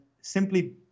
simply